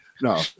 no